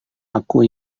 aku